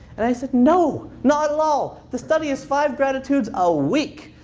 and i said, no, not at all. the study is five gratitudes a week.